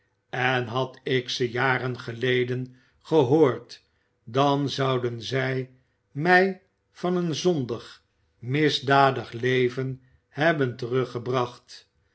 en had ik ze jaren geleden gehoord dan zouden zij mij van een zondig misdadig leven hebben teruggebracht